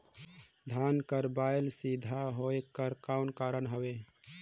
धान कर बायल सीधा होयक कर कौन कारण हवे?